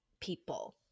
people